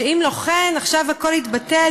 שאם לא כן עכשיו הכול יתבטל,